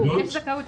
התקנות.